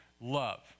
love